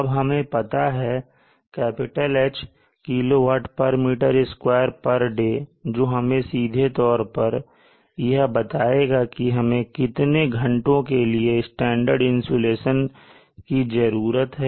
अब हमें पता है "H" kWm2 per day जो हमें सीधे तौर पर यह बताएगा कि हमें कितने घंटों के लिए स्टैंडर्ड इंसुलेशन की जरूरत है